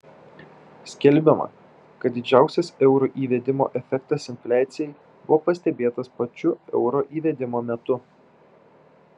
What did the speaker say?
skelbiama kad didžiausias euro įvedimo efektas infliacijai buvo pastebėtas pačiu euro įvedimo metu